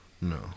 No